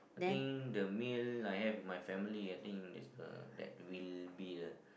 I think the meal I have with my family I think is the that will be a